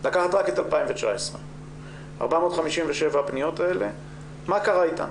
לקחת רק את 2019. 457 הפניות האלה, מה קרה אתן,